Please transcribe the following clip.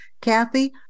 Kathy